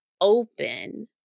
open